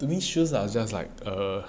to me shoes are just like err